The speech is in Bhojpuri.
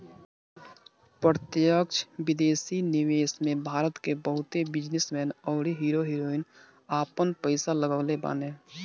प्रत्यक्ष विदेशी निवेश में भारत के बहुते बिजनेस मैन अउरी हीरो हीरोइन आपन पईसा लगवले बाने